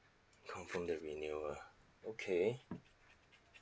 confirm the renewal okay